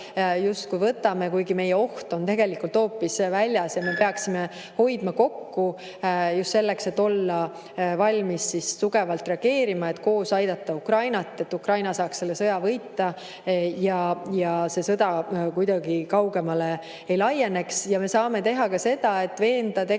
kallal võtame, kuigi meie oht on tegelikult hoopis väljas ja me peaksime hoidma kokku just selleks, et olla valmis tugevalt reageerima, et koos aidata Ukrainat, et Ukraina saaks selle sõja võita ja see sõda kaugemale ei laieneks. Me saame teha ka seda, et veename